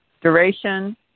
duration